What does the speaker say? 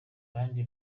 kandi